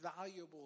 valuable